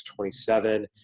27